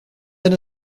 been